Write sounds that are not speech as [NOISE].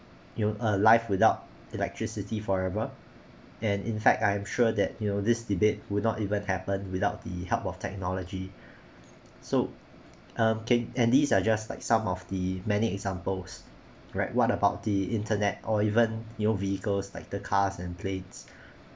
you uh life without electricity forever and in fact I'm sure that you know this debate would not even happened without the help of technology [BREATH] so um can and these are just like some of the many examples right what about the internet or even you know vehicles like the cars and planes [BREATH]